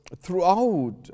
throughout